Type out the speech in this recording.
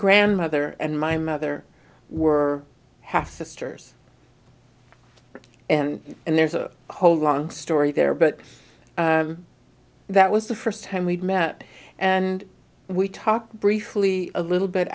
grandmother and my mother were half sisters and and there's a whole long story there but that was the first time we'd met and we talked briefly a little bit